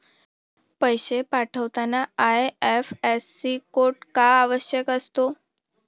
पैसे पाठवताना IFSC code का आवश्यक असतो?